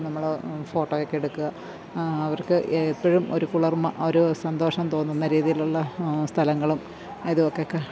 നമ്മള് ഫോട്ടോയക്കെ എടുക്കുക അവർക്ക് എപ്പോഴും ഒരു കുളിർമ ഒരു സന്തോഷം തോന്നുന്ന രീതിയിലുള്ള സ്ഥലങ്ങളും ഇതൂമൊക്കെ ക